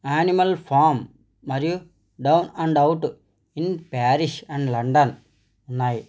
Animal farm మరియు down and out in Paris and London ఉన్నాయి